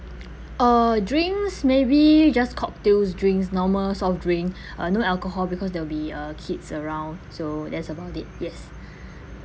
uh drinks maybe just cocktails drinks normal soft drink uh no alcohol because there will be uh kids around so that's about it yes